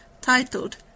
titled